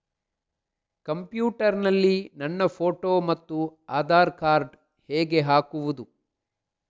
Computer ನಲ್ಲಿ ನನ್ನ photo ಮತ್ತು ಆಧಾರ್ ಕಾರ್ಡ್ ಹೇಗೆ ಹಾಕುವುದು?